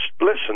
listen